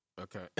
Okay